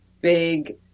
big